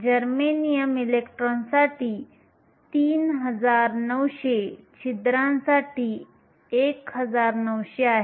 germanium इलेक्ट्रॉनसाठी 3900 छिद्रांसाठी 1900 आहे